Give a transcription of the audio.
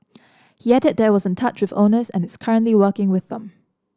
he added that was in touch with owners and is currently working with them